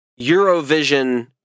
Eurovision